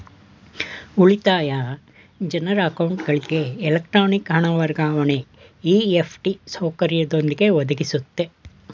ಉಳಿತಾಯ ಜನ್ರ ಅಕೌಂಟ್ಗಳಿಗೆ ಎಲೆಕ್ಟ್ರಾನಿಕ್ ಹಣ ವರ್ಗಾವಣೆ ಇ.ಎಫ್.ಟಿ ಸೌಕರ್ಯದೊಂದಿಗೆ ಒದಗಿಸುತ್ತೆ